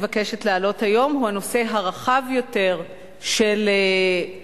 הנושא שאני מבקשת להעלות היום הוא הנושא הרחב יותר של התגמול,